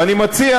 ואני מציע,